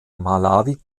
malawi